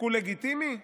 שיקול לגיטימי?